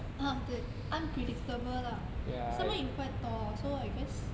oh 对 unpredictable lah somemore you quite tall so I guess